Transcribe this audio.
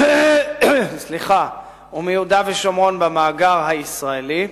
ומיהודה ושומרון במאגר הישראלי,